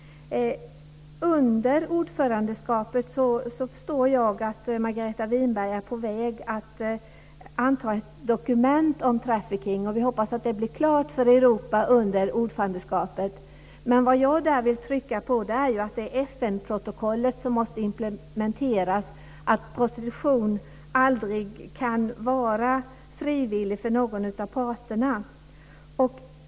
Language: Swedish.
Jag förstår att Margareta Winberg under ordförandeskapet är på väg att anta ett dokument om trafficking, och vi hoppas att det blir klart för Europa under ordförandeskapet. Men vad jag där vill trycka på är att det är FN-protokollet som måste implementeras på ett sådant sätt att prostitution aldrig kan vara frivillig för någon av parterna.